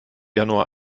januar